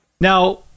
Now